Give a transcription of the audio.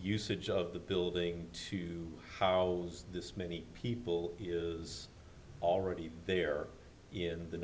usage of the building to how many people is already there in the